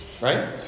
Right